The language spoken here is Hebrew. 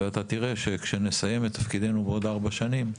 ואתה תראה שכשנסיים את תפקידנו בעוד ארבע שנים,